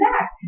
back